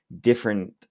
different